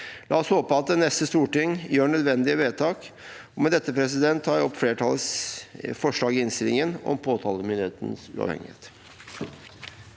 La oss håpe at det neste storting gjør nødvendige vedtak. Med dette anbefaler jeg flertallets forslag i innstillingen om påtalemyndighetenes uavhengighet.